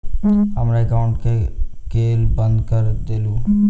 हमरा एकाउंट केँ केल बंद कऽ देलु?